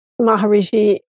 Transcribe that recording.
Maharishi